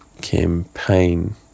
campaign